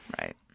Right